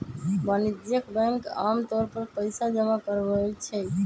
वाणिज्यिक बैंक आमतौर पर पइसा जमा करवई छई